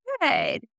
Good